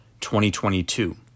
2022